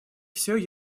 все